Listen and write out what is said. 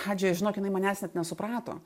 pradžioje žinok jinai manęs net nesuprato